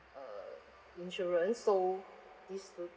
uh insurance so this